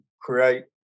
create